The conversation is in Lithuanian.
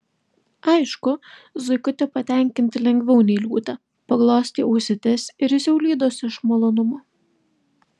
aišku zuikutį patenkinti lengviau nei liūtę paglostei ausytes ir jis jau lydosi iš malonumo